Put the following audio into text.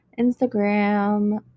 instagram